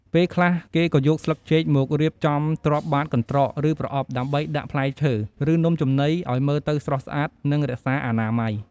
ពេលខ្លះ គេក៏យកស្លឹកចេកមករៀបចំទ្រាប់បាតកន្ត្រក ឬប្រអប់ ដើម្បីដាក់ផ្លែឈើ ឬនំចំណីឱ្យមើលទៅស្រស់ស្អាត និងរក្សាអនាម័យ។